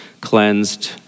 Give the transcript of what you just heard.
cleansed